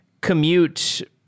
commute